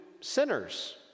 sinners